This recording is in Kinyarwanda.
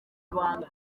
ibanga